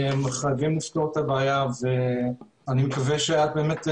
חייבים לפתור את הבעיה ואני מקווה שאת באמת,